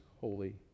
holy